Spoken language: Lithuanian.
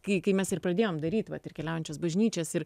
kai kai mes ir pradėjom daryt vat ir keliaujančias bažnyčias ir